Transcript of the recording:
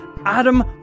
Adam